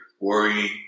Worrying